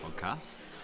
podcasts